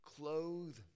clothe